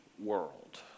World